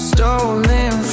Stolen